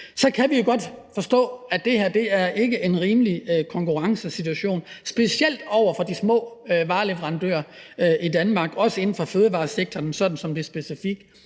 kan forstå, at det her ikke er en rimelig konkurrencesituation, specielt ikke over for de små vareleverandører i Danmark – også inden for fødevaresektoren, som det specifikt